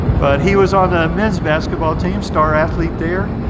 but he was on the men's basketball team, star athlete there.